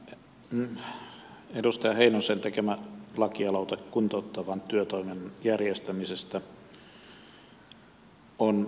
tämä edustaja heinosen tekemä lakialoite kuntouttavan työtoiminnan järjestämisestä on kannatettava